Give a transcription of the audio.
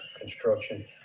construction